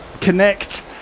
connect